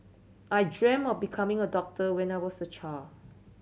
I dreamt of becoming a doctor when I was a child